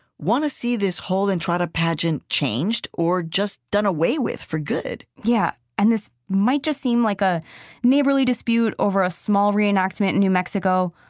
want to see this whole entrada pageant changed or just done away with for good yeah. and this might just seem like a neighborly dispute over a small re-enactment in new mexico,